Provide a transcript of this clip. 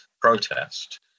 protest